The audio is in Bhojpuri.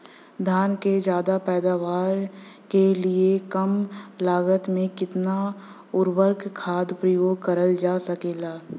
धान क ज्यादा पैदावार के लिए कम लागत में कितना उर्वरक खाद प्रयोग करल जा सकेला?